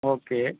okay